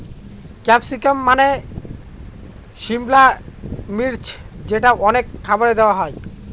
capsicum মানে সিমলা মির্চ যেটা অনেক খাবারে দেওয়া হয়